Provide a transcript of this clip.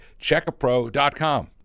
checkapro.com